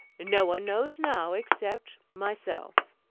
no one knows now, except myself.